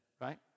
right